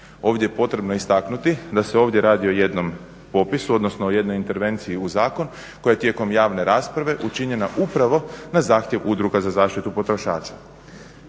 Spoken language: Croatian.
Ovdje je potrebno istaknuti da se ovdje radi o jednom popisu odnosno o jednoj intervenciji u zakon koja je tijekom javne rasprave učinjena upravo na zahtjev Udruga za zaštitu potrošača.